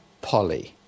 Polly